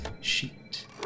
sheet